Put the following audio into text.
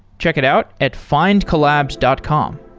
check it out at findcollabs dot com